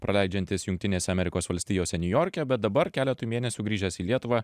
praleidžiantis jungtinėse amerikos valstijose niujorke bet dabar keletui mėnesių grįžęs į lietuvą